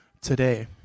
today